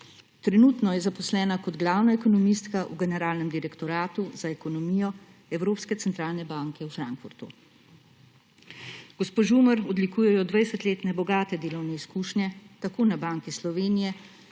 Trenutno je zaposlena kot glavna ekonomistka v generalnem direktoratu za ekonomijo Evropske centralne banke v Frankfurtu. Gospo Žumer odlikujejo 20-letne bogate delovne izkušnje tako na Banki Slovenije